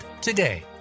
today